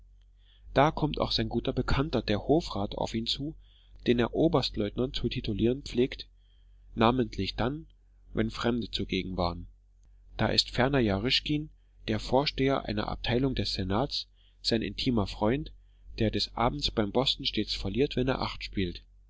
da kommt auch sein guter bekannter der hofrat auf ihn zu den er oberstleutnant zu titulieren pflegte namentlich dann wenn fremde zugegen waren da ist ferner jaryschkin der vorsteher einer abteilung des senats sein intimer freund der des abends beim boston stets verliert wenn er acht spielt